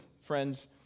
friends